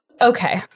okay